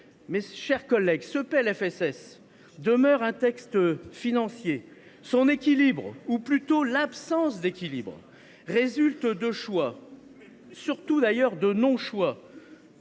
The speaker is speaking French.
Mes chers collègues, le PLFSS demeure un texte financier. Son équilibre, ou plutôt son absence d’équilibre résulte de choix ou de non choix